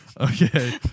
okay